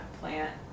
plant